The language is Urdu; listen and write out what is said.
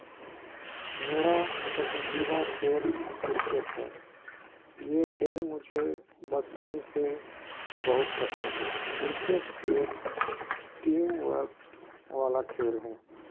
میرا پسندیدہ کھیل کرکٹ ہے یہ کھیل مجھے بچپن سے بہت پسند ہے کرکٹ ایک ٹیم ورک والا کھیل ہے